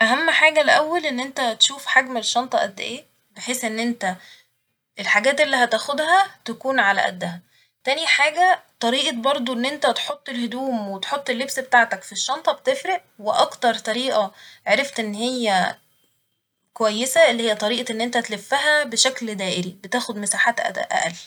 أهم حاجة الأول إن انت تشوف حجم الشنطة قد ايه ، بحيث إن انت الحاجات اللي هتاخدها تكون على قدها ، تاني حاجة طريقة برضه إن انت تحط الهدوم وتحط اللبس بتاعتك في الشنطة بتفرق وأكتر طريقة عرفت إن هي كويسة اللي هي طريقة انت تلفها بشكل دائري ، بتاخد مساحات أد- أقل